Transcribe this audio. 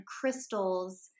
crystals